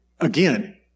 Again